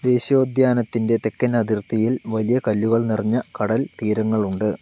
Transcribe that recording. ദേശീയോദ്യാനത്തിൻ്റെ തെക്കൻ അതിർത്തിയിൽ വലിയകല്ലുകൾ നിറഞ്ഞ കടൽത്തീരങ്ങളുണ്ട്